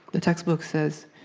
the textbook says,